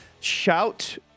Shout